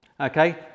okay